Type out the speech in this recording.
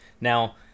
Now